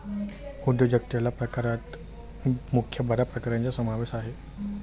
उद्योजकतेच्या प्रकारात मुख्य बारा प्रकारांचा समावेश आहे